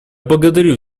благодарю